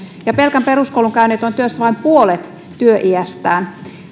ja pelkän peruskoulun käyneet ovat työssä vain puolet työiästään